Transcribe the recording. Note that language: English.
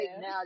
now